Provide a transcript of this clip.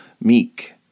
meek